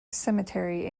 cemetery